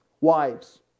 Wives